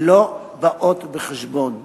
לא באות בחשבון.